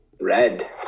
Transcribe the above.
red